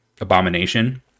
abomination